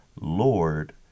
lord